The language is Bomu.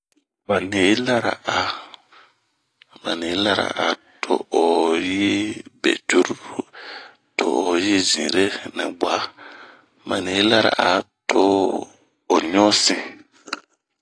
Ba ni yi lara'a, bani yi lara'a to 'o yi be cururu, to'o yi zinre nɛ bua. Ba ni yi lara'a to'o ɲu sinh.